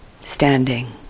standing